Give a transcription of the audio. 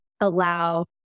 allow